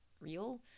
real